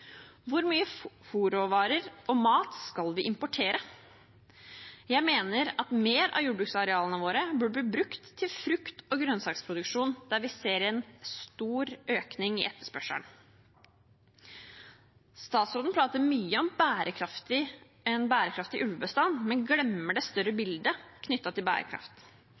Hvor mye fôrråvarer og mat skal vi importere? Jeg mener at mer av jordbruksarealene våre burde blitt brukt til frukt- og grønnsaksproduksjon, der vi ser en stor økning i etterspørselen. Statsråden prater mye om en bærekraftig ulvebestand, men glemmer det større bildet knyttet til bærekraft.